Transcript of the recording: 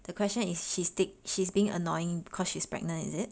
the question is she she's being annoying because she is pregnant is it